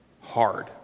hard